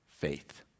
faith